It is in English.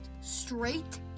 straight